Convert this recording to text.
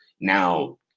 Now